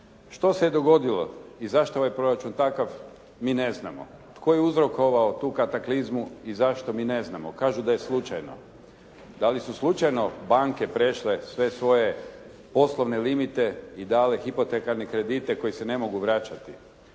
Što se dogodilo i zašto je ovaj proračun takav, mi ne znamo. Tko je uzrokovao tu kataklizmu i zašto, mi ne znamo. Kažu da je slučajno. Da li su slučajno banke prešle sve svoje poslovne limite i dali hipotekarne kredite koji se ne mogu vraćati?